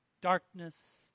Darkness